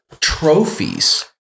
trophies